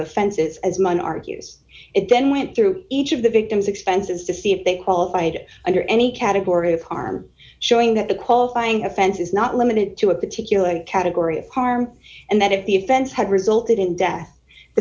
offenses as mine argues it then went through each of the victim's expenses to see if they qualified under any category of harm showing that the qualifying offense is not limited to a particular category of harm and that if the offense had resulted in death t